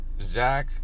Zach